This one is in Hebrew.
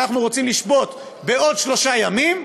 אנחנו רוצים לשבות בעוד שלושה ימים.